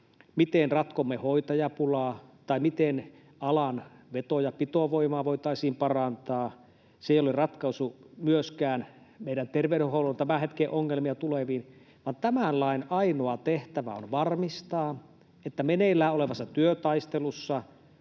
miten ratkomme hoitajapulaa tai miten alan veto- ja pitovoimaa voitaisiin parantaa. Se ei ole ratkaisu myöskään meidän terveydenhuollon tämän hetken ongelmiin ja tuleviin, vaan tämän lain ainoa tehtävä on varmistaa, että meneillään olevassa työtaistelussa